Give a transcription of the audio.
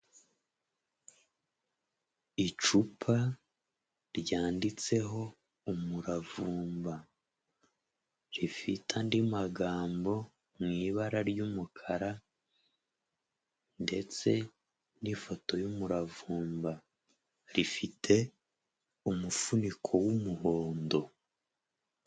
Icupa ryanditseho umuravumba, rifite andi magambo mu ibara ry'umukara ndetse n'ifoto y'umuravumba, rifite umufuniko w'umuhondo.